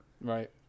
right